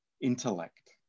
intellect